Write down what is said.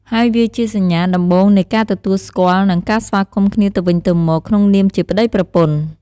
ហើយវាជាសញ្ញាដំបូងនៃការទទួលស្គាល់ និងការស្វាគមន៍គ្នាទៅវិញទៅមកក្នុងនាមជាប្តីប្រពន្ធ។